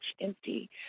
empty